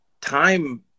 time